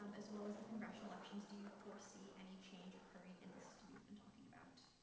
um as well as the congressional elections, do you foresee any change occurring in the system you've been talking about?